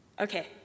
Okay